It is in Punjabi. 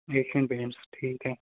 ਏਸ਼ੀਅਨ ਪੇਂਟਸ ਠੀਕ ਹੈ